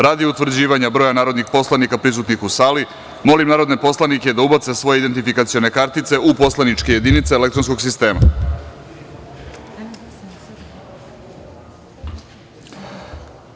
Radi utvrđivanja broja narodnih poslanika prisutnih u sali, molim narodne poslanike da ubace svoje identifikacione kartice u poslaničke jedinice elektronskog sistema za glasanje.